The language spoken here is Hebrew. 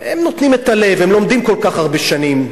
הם נותנים את הלב, הם לומדים כל כך הרבה שנים.